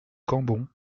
cambon